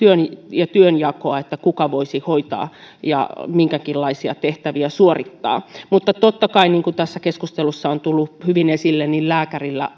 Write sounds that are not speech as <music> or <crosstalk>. ja työnjakoa sinä kuka voisi hoitaa ja minkäkinlaisia tehtäviä suorittaa mutta totta kai niin kuin tässä keskustelussa on tullut hyvin esille lääkärillä <unintelligible>